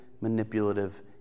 manipulative